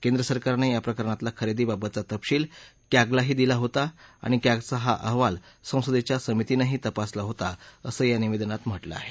केंद्र सरकारनं या प्रकरणातला खरेदी बाबतचा तपशील क्योला दिला होता आणि क्योला हा अहवाल संसदेच्या समितीनंही तपासला होता असं या निवेदनात म्हटलं आहे